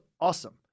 awesome